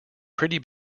pretty